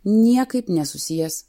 niekaip nesusijęs